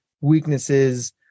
weaknesses